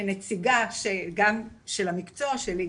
וכנציגה של המקצוע שלי,